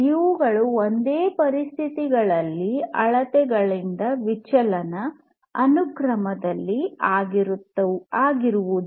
ಇವುಗಳು ಒಂದೇ ಪರಿಸ್ಥಿತಿಗಳಲ್ಲಿ ಅಳತೆಗಳಿಂದ ವಿಚಲನ ಅನುಕ್ರಮದಲ್ಲಿ ಆಗುವುದು